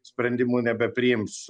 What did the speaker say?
sprendimų nebepriims